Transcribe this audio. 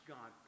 God